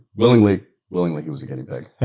willingly willingly he was a guinea pig.